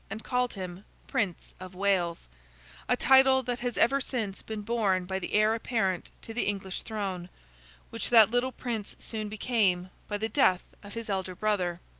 and called him prince of wales a title that has ever since been borne by the heir-apparent to the english throne which that little prince soon became, by the death of his elder brother.